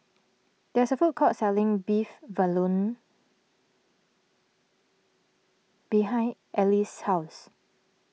there is a food court selling Beef Vindaloo behind Elease's house